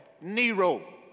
Nero